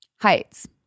Heights